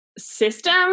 system